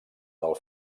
del